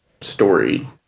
story